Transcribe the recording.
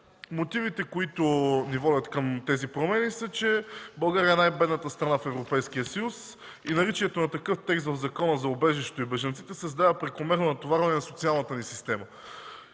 Мотивите, които ни водят към тези промени, са, че България е най-бедната страна в Европейския съюз. Наличието на такъв текст в Закона за убежището и бежанците създава прекомерно натоварване на социалната ни система.